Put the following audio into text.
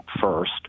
first